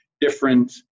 different